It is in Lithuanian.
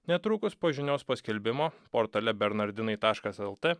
netrukus po žinios paskelbimo portale bernardinai taškas lt